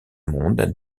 monde